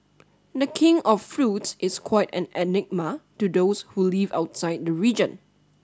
the King of Fruits is quite an enigma to those who live outside the region